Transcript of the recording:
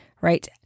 right